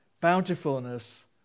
bountifulness